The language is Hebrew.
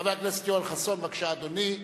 חבר הכנסת יואל חסון, בבקשה, אדוני.